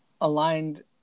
aligned